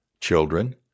children